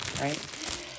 right